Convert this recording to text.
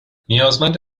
نیازمند